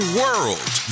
world